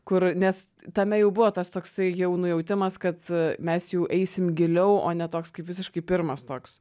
kur nes tame jau buvo tas toksai jau nujautimas kad mes jau eisim giliau o ne toks kaip visiškai pirmas toks